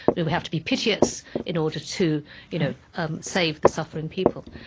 we we have to be piteous in order to you know um save the suffering people.